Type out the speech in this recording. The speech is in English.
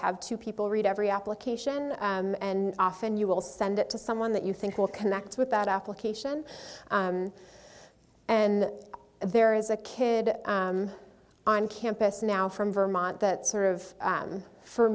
have two people read every application and often you will send it to someone that you think will connect with that application and there is a kid on campus now from vermont that sort of